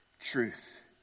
truth